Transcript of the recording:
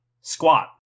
Squat